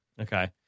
Okay